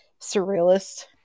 surrealist